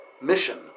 mission